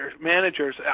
managers